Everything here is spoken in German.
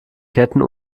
ketten